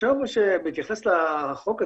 בהתייחס לחוק עצמו,